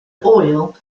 oil